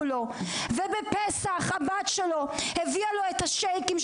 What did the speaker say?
לו ובפסח הבת שלו הביאה לו את השייקים,